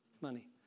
money